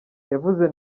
yavuze